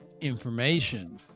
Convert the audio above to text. information